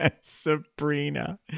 Sabrina